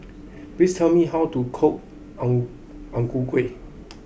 please tell me how to cook Ang Ang Ku Kueh